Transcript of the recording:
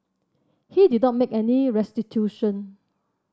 he did not make any restitution